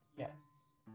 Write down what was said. Yes